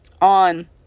on